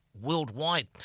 worldwide